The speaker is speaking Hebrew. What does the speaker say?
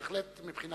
בהחלט מבחינה